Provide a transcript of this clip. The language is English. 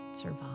survive